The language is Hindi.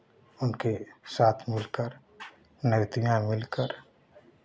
उनके साथ मिलकर मिलकर